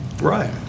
Right